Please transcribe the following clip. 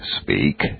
speak